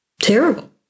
terrible